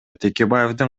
текебаевдин